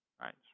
right